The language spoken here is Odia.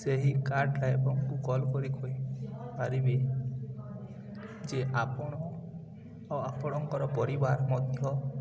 ସେହି କାର୍ ଡ୍ରାଇଭରଙ୍କୁ କଲ୍ କରି କହି ପାରିବେ ଯେ ଆପଣ ଆଉ ଆପଣଙ୍କର ପରିବାର ମଧ୍ୟ